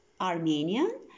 Armenian